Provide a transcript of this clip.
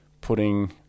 putting